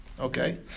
Okay